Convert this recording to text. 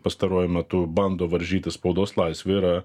pastaruoju metu bando varžyti spaudos laisvę yra